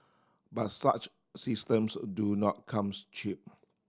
but such systems do not comes cheap